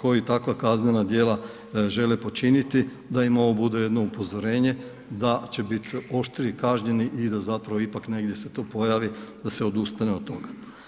koji takva kaznena djela žele počiniti, da im ovo bude jedno upozorenje da će bit oštrije kažnjeni i da zapravo ipak negdje se to pojavi da se odustane od toga.